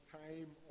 time